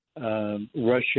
Russia